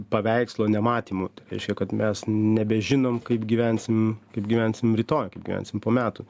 paveikslo nematymu tai reiškia kad mes nebežinom kaip gyvensim kaip gyvensim rytoj kaip gyvensim po metų